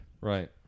right